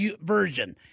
version